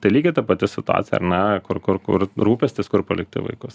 tai lygiai ta pati situacija ar ne kur kur kur rūpestis kur palikti vaikus